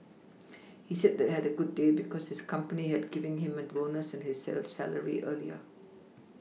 he said that had a good day because his company had giving him a bonus and his salary early